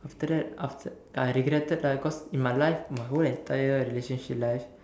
after that after I regretted lah cause in my life in my whole entire relationship life